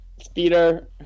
Speeder